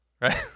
right